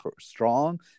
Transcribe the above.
strong